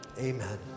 Amen